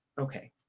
Okay